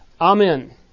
Amen